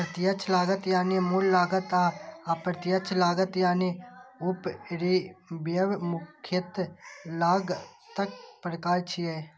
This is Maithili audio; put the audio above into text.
प्रत्यक्ष लागत यानी मूल लागत आ अप्रत्यक्ष लागत यानी उपरिव्यय मुख्यतः लागतक प्रकार छियै